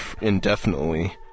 indefinitely